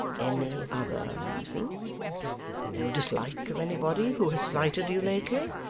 any other reason no dislike of anybody who has slighted you lately,